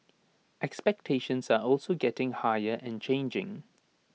expectations are also getting higher and changing